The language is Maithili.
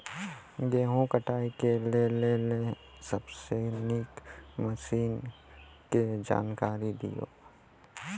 गेहूँ कटाई के लेल सबसे नीक मसीनऽक जानकारी दियो?